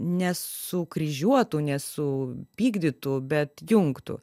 ne sukryžiuotų ne su pykdytų bet jungtų